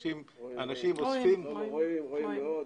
רואים, רואים מאוד.